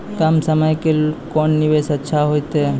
कम समय के कोंन निवेश अच्छा होइतै?